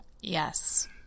Yes